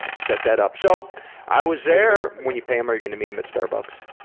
ah set that up. so i was there. when you pay them are you going to meet them at starbucks?